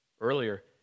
Earlier